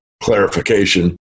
clarification